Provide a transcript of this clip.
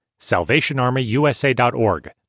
salvationarmyusa.org